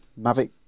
mavic